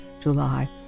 July